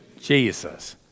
Jesus